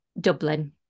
Dublin